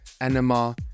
anima